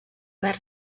verd